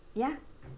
ya